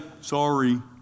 sorry